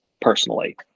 personally